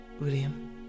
William